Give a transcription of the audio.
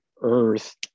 earth